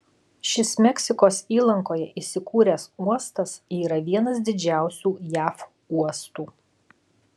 šis meksikos įlankoje įsikūręs uostas yra vienas didžiausių jav uostų